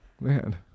Man